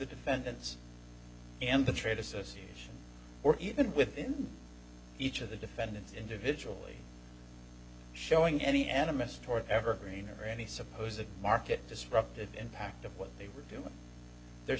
defendants and the trade association or even with each of the defendants individually showing any animist or evergreen or any suppose of market disruptive impact of what they were doing there's